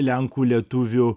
lenkų lietuvių